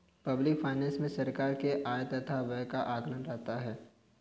public finance मे सरकार के आय तथा व्यय का आकलन रहता है